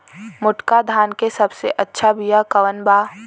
मोटका धान के सबसे अच्छा बिया कवन बा?